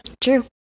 True